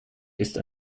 ist